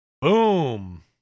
Boom